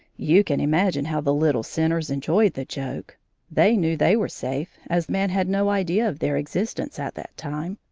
you can imagine how the little sinners enjoyed the joke they knew they were safe, as man had no idea of their existence at that time.